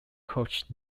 coach